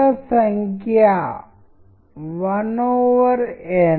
title ఏమి చెప్పాలో మాకు తెలియదు మరియు ఈసారి టైటిల్ చిత్రం యొక్క అర్థాన్ని మారుస్తుంది